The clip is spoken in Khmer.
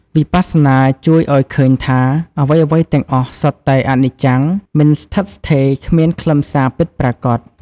វិបស្សនាជួយឱ្យឃើញថា អ្វីៗទាំងអស់សុទ្ធតែអនិច្ចំ មិនស្ថិតស្ថេរ គ្មានខ្លឹមសារពិតប្រាកដ។